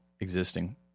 existing